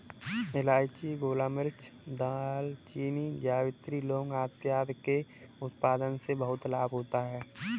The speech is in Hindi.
इलायची, गोलमिर्च, दालचीनी, जावित्री, लौंग इत्यादि के उत्पादन से बहुत लाभ होता है